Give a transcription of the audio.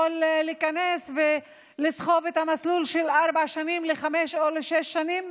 להיכנס ולסחוב את המסלול של ארבע שנים לחמש או לשש שנים.